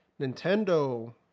Nintendo